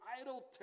idle